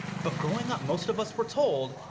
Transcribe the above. but growing up most of us were told,